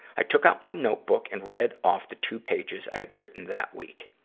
i took out my notebook and read off the two pages i had written that week.